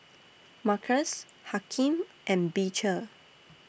Markus Hakim and Beecher